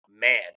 man